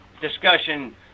discussion